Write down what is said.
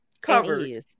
Covered